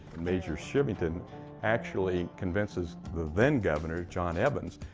major chivington actually convinces the then governor, john evans,